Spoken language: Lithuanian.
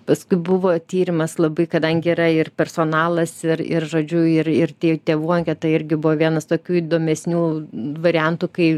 paskui buvo tyrimas labai kadangi yra ir personalas ir ir žodžiu ir ir tie tėvų anketa irgi buvo vienas tokių įdomesnių variantų kai